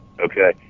Okay